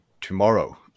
tomorrow